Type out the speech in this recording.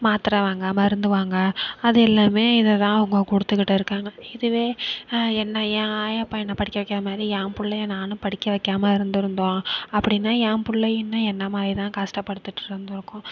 மாத்திர வாங்க மருந்து வாங்க அது எல்லாமே இதுதான் அவங்க கொடுத்துக்குட்டு இருக்காங்க இதுவே என்ன என் ஆயி அப்பன் என்ன படிக்க வைக்காத மாதிரி ஏன் பிள்ளைய நானும் படிக்க வைக்காமல் இருந்திருந்தோம் அப்படின்னா என் பிள்ளையும் இன்னும் என்னை மாதிரி தான் கஷ்டப்படுத்துட்டு இருந்திருக்கும்